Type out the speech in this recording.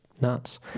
nuts